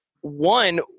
one